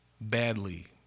badly